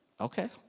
okay